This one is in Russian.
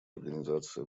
организации